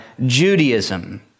Judaism